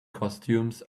costumes